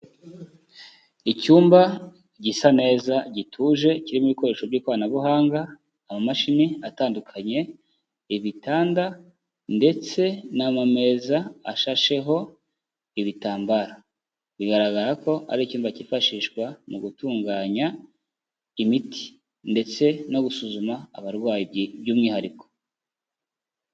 Icyumba gisa neza gituje kirimo ibikoresho by'ikoranabuhanga, amamashini atandukanye, ibitanda ndetse n'amameza ashasheho ibitambaro, bigaragara ko ari icyumba cyifashishwa mu gutunganya imiti, ndetse no gusuzuma abarwayi by'umwihariko.